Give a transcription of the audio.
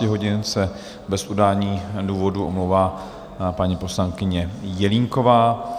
Od 18 hodin se bez udání důvodu omlouvá paní poslankyně Jelínková.